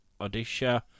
Odisha